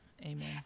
Amen